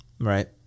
Right